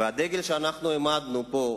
והדגל שאנחנו העמדנו פה,